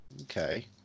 Okay